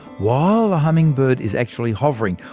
while ah hummingbird is actually hovering,